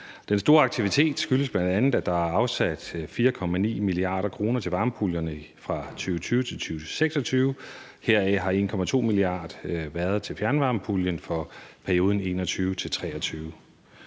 Den store aktivitet skyldes bl.a., at der er afsat 4,9 mia. kr. til varmepuljerne fra 2020 til 2026. Heraf har 1,2 mia. kr. været til fjernvarmepuljen for perioden 2021 til 2023.